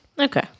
Okay